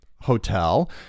hotel